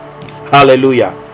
Hallelujah